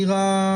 עו"ד לילך וגנר,